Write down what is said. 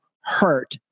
hurt